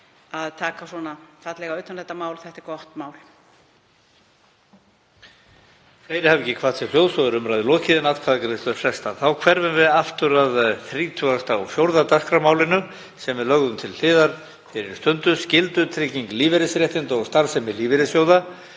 að taka svona fallega utan um þetta mál. Þetta er gott mál.